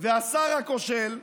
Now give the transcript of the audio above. והשר הכושל,